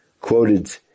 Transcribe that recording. quoted